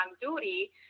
duty